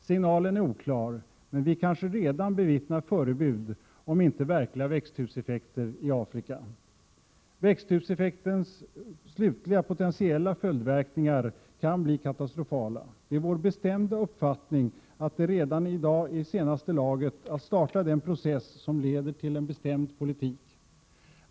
Signalen är oklar, men vi kanske redan bevittnar förebud, om inte verkliga växthuseffekter, i Afrika. Växthuseffektens slutliga potentiella följdverkningar kan bli katastrofala. Det är vår bestämda uppfattning att det redan är i senaste laget att starta den process som leder till en bestämd politik.